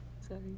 Sorry